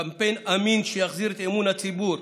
קמפיין אמין שיחזיר את אמון הציבור.